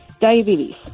Diabetes